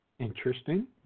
Interesting